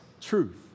truth